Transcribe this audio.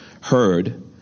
heard